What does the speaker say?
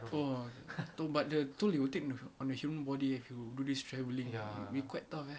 oh to~ but the toil you will take on the human body if you do this travelling will be quite tough eh